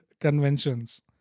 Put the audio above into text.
conventions